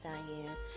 Diane